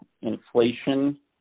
inflation